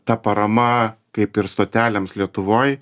ta parama kaip ir stotelėms lietuvoj